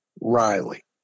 Riley